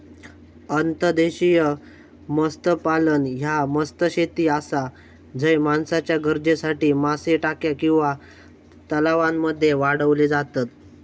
अंतर्देशीय मत्स्यपालन ह्या मत्स्यशेती आसा झय माणसाच्या गरजेसाठी मासे टाक्या किंवा तलावांमध्ये वाढवले जातत